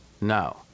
no